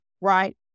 right